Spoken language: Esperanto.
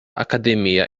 akademia